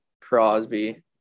Crosby